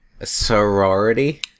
sorority